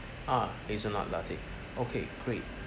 ah hazelnut latte okay great